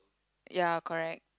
ya correct